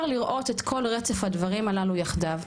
לראות את כל רצף הדברים הללו יחדיו.